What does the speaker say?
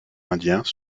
indiens